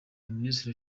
minisitiri